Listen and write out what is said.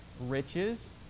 riches